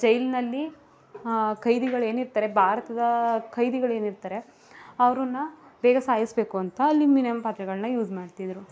ಜೈಲಿನಲ್ಲಿ ಖೈದಿಗಳು ಏನಿರ್ತಾರೆ ಭಾರತದ ಖೈದಿಗಳು ಏನಿರ್ತಾರೆ ಅವ್ರನ್ನ ಬೇಗ ಸಾಯಿಸಬೇಕು ಅಂತ ಅಲ್ಯುಮಿನಿಯಮ್ ಪಾತ್ರೆಗಳನ್ನ ಯೂಸ್ ಮಾಡ್ತಿದ್ದರು